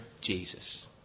Jesus